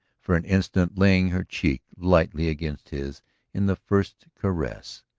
for an instant laying her cheek lightly against his in the first caress.